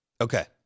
Okay